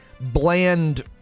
bland